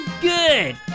Good